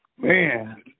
Man